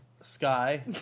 Sky